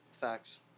Facts